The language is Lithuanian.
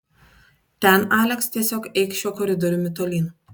ten aleks tiesiog eik šiuo koridoriumi tolyn